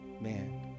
Man